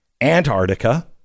Antarctica